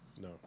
No